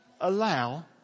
allow